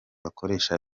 bakoresha